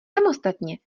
samostatně